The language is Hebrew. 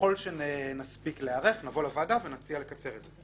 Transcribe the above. ככל שנספיק להיערך, נבוא לוועדה ונציע לקצר את זה.